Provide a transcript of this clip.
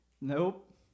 Nope